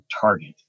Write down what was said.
target